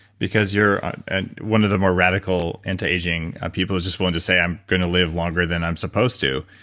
because you're and one of the more radical anti-aging people who's just willing to say, i'm going to live longer than i'm supposed to.